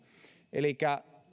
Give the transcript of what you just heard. elikkä